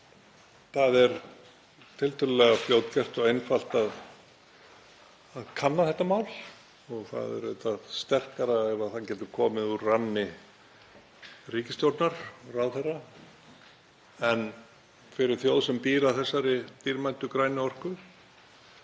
Það er tiltölulega fljótgert og einfalt að kanna þetta mál og það er auðvitað sterkara ef það getur komið úr ranni ríkisstjórnar og ráðherra. Fyrir þjóð sem býr að þessari dýrmætu grænu orku